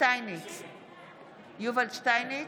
יובל שטייניץ,